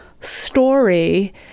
story